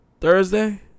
Thursday